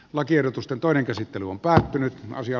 lakiehdotusten toinen käsittely on päättynyt ja